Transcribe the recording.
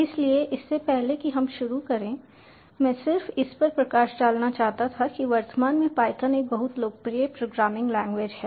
इसलिए इससे पहले कि हम शुरू करें मैं सिर्फ इस पर प्रकाश डालना चाहता था कि वर्तमान में पायथन एक बहुत लोकप्रिय प्रोग्रामिंग लैंग्वेज है